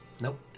Nope